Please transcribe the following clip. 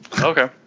Okay